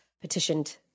petitioned